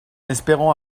espérant